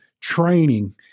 training